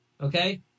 Okay